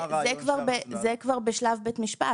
סעיף 4. זה כבר בשלב בית משפט.